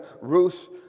Ruth